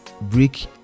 break